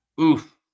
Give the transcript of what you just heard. Oof